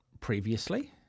previously